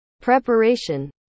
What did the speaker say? Preparation